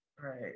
right